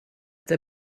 der